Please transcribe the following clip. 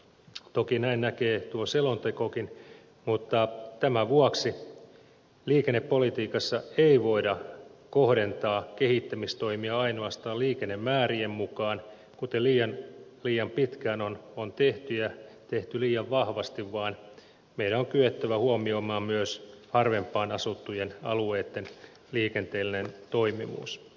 toki näin näkee tuo selontekokin mutta tämän vuoksi liikennepolitiikassa ei voida kohdentaa kehittämistoimia ainoastaan liikennemäärien mukaan kuten liian pitkään on tehty ja tehty liian vahvasti vaan meidän on kyettävä huomioimaan myös harvempaan asuttujen alueitten liikenteellinen toimivuus